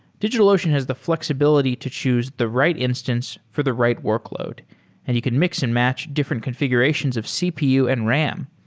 digitalocean has the fl exibility to choose the right instance for the right workload and he could mix-and-match different confi gurations of cpu and ram.